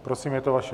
Prosím, je to vaše.